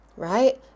Right